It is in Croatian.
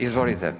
Izvolite.